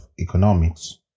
economics